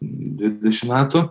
dvidešim metų